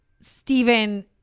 Stephen